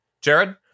Jared